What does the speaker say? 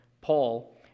Paul